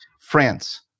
France